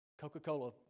Coca-Cola